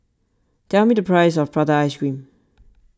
tell me the price of Prata Ice Cream